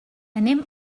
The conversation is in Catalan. anem